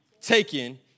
taken